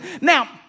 Now